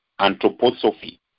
Anthroposophy